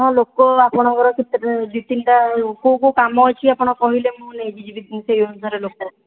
ହଁ ଲୋକ ଆପଣଙ୍କର କେତେ ଦୁଇ ତିନିଟା କେଉଁ କେଉଁ କାମ ଅଛି ଆପଣ କହିଲେ ମୁଁ ନେଇକି ଯିବି ସେହି ଅନୁସାରେ ଲୋକ